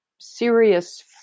serious